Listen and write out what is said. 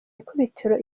ikubitiro